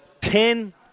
Ten